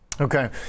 Okay